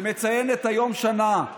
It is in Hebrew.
שמציינת היום שנה,